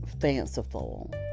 fanciful